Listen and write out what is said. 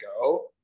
go